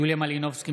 יוליה מלינובסקי,